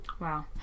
Wow